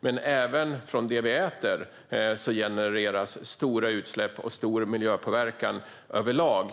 men även det vi äter genererar stora utsläpp och stor miljöpåverkan överlag.